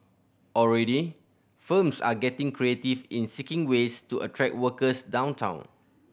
already firms are getting creative in seeking ways to attract workers downtown